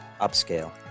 upscale